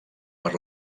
per